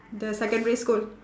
the secondary school